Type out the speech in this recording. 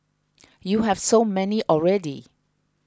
you have so many already